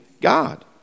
God